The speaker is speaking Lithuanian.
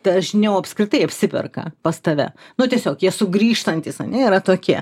dažniau apskritai apsiperka pas tave nu tiesiog jie sugrįžtantys ane yra tokie